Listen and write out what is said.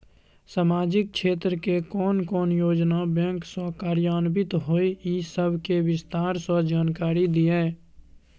सामाजिक क्षेत्र के कोन कोन योजना बैंक स कार्यान्वित होय इ सब के विस्तार स जानकारी दिय?